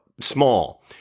small